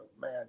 man